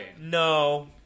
no